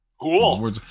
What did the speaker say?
Cool